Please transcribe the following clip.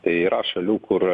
tai yra šalių kur